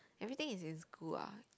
everything is in school ah